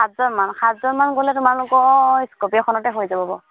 সাতজনমান সাতজনমানান গ'লে তোমালোকৰ স্কপিয়খনতে হৈ যাব